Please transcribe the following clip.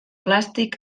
plàstic